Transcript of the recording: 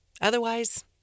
Otherwise